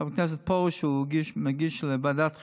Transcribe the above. חבר הכנסת פרוש, שהוא מגיש לוועדת חקירה.